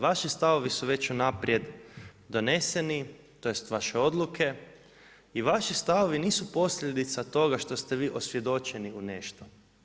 Vaši stavovi su već unaprijed doneseni, tj. vaše odluke i vaši stavovi nisu posljedica toga što ste vi osvjedočeni u nešto.